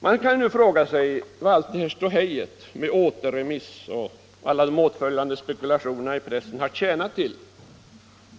Man kan nu fråga sig vad allt detta ståhej med återremiss och alla åtföljande spekulationer i pressen har tjänat till.